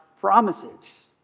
promises